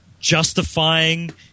justifying